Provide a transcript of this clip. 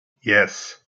yes